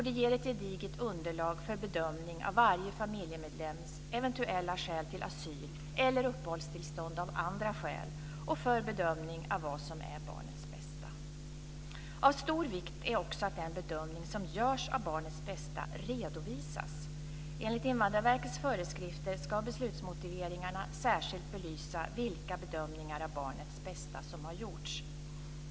Det ger ett gediget underlag för bedömning av varje familjemedlems eventuella skäl till asyl eller uppehållstillstånd av andra skäl och för bedömning av vad som är barnets bästa. Av stor vikt är också att den bedömning som görs av barnets bästa redovisas. Enligt Invandrarverkets föreskrifter ska beslutsmotiveringarna särskilt belysa vilka bedömningar av barnets bästa som har gjorts.